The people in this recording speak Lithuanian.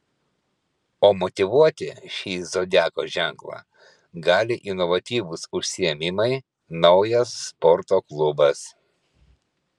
o motyvuoti šį zodiako ženklą gali inovatyvūs užsiėmimai naujas sporto klubas